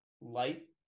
light